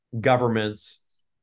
governments